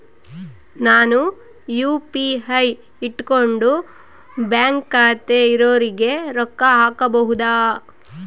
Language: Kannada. ನಾನು ಯು.ಪಿ.ಐ ಇಟ್ಕೊಂಡು ಬ್ಯಾಂಕ್ ಖಾತೆ ಇರೊರಿಗೆ ರೊಕ್ಕ ಹಾಕಬಹುದಾ?